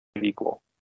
equal